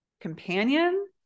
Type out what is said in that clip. companion